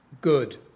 good